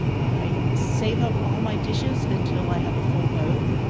i save up all my dishes until i have a full load.